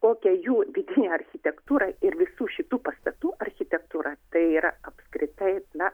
kokia jų didi architektūra ir visų šitų pastatų architektūra tai yra apskritai na